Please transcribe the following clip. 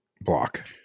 block